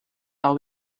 are